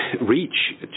reach